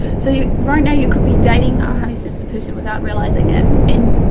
so, you right now you could be dating a highly sensitive person without realizing it and